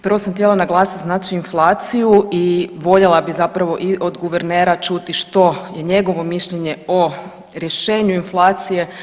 Prvo sam htjela naglasiti, znači inflaciju i voljela bih zapravo i od guvernera čuti što je njegovo mišljenje o rješenju inflacije.